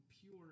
pure